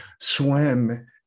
swim